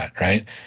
right